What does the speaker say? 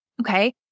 okay